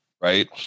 right